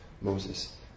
Moses